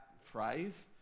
phrase